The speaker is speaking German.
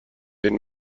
den